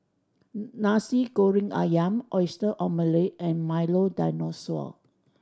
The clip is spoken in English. eg Nasi Goreng Ayam Oyster Omelette and Milo Dinosaur